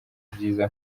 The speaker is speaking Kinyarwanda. byiza